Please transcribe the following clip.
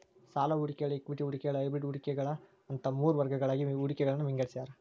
ಸಾಲ ಹೂಡಿಕೆಗಳ ಇಕ್ವಿಟಿ ಹೂಡಿಕೆಗಳ ಹೈಬ್ರಿಡ್ ಹೂಡಿಕೆಗಳ ಅಂತ ಮೂರ್ ವರ್ಗಗಳಾಗಿ ಹೂಡಿಕೆಗಳನ್ನ ವಿಂಗಡಿಸ್ಯಾರ